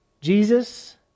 Jesus